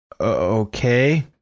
Okay